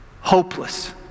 hopeless